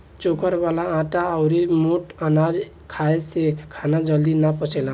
चोकर वाला आटा अउरी मोट अनाज खाए से खाना जल्दी ना पचेला